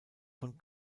von